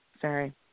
sorry